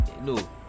no